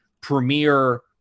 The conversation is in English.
premier